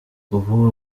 ubu